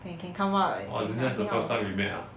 can can come out and ask me out